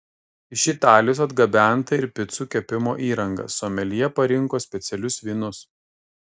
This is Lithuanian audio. iš italijos atgabenta ir picų kepimo įranga someljė parinko specialius vynus